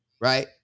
Right